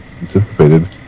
anticipated